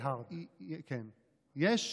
יש,